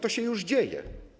To się już dzieje.